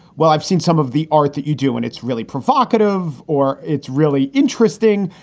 well, i've seen some of the art that you do and it's really provocative or it's really interesting,